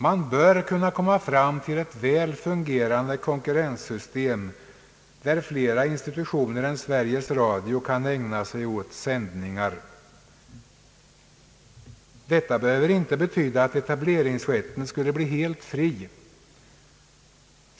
Man bör kunna komma fram till ett väl fungerande konkurrenssystem där flera institutioner än Sveriges Radio kan ägna sig åt sändningar. Detta behöver inte betyda att etableringsrätten skulle bli helt fri.